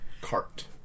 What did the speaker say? cart